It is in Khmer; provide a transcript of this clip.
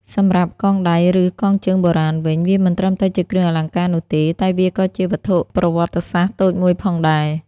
សម្រាប់ កងដៃ ឬកងជើងបុរាណ វិញ វាមិនត្រឹមតែជាគ្រឿងអលង្ការនោះទេ តែវាក៏ជា វត្ថុប្រវត្តិសាស្ត្រ តូចមួយផងដែរ។